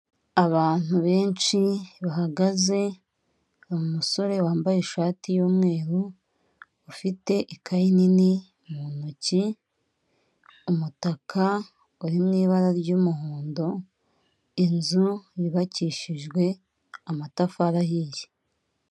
Abantu benshi bahagaze, umusore wambaye ishati y'umweru, ufite ikaye nini mu ntoki, umutaka uri mu ibara ry'umuhondo, inzu yubakishijwe amatafari ahiye.